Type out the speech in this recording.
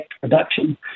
production